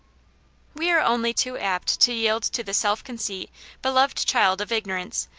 we are only too apt to yield to the sdf-conceit, beloved child of ignorance,